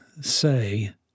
say